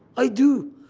i do.